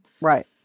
Right